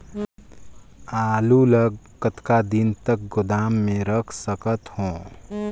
आलू ल कतका दिन तक गोदाम मे रख सकथ हों?